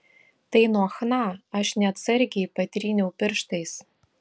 tai nuo chna aš neatsargiai patryniau pirštais